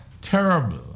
terrible